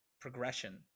progression